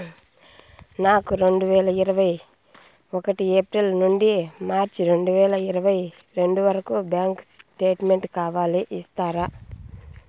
నాకు రెండు వేల ఇరవై ఒకటి ఏప్రిల్ నుండి మార్చ్ రెండు వేల ఇరవై రెండు వరకు బ్యాంకు స్టేట్మెంట్ కావాలి ఇస్తారా